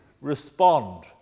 respond